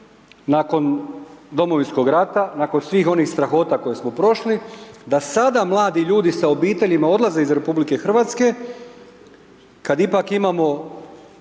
nakon Domovinskog rata, nakon svih onih strahota koje smo prošli da sada mladi ljudi sa obiteljima odlaze iz RH kada ipak imamo